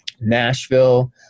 Nashville